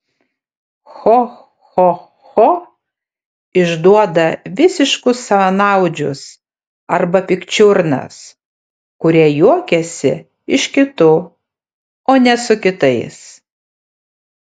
cho cho cho išduoda visiškus savanaudžius arba pikčiurnas kurie juokiasi iš kitų o ne su kitais